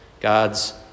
God's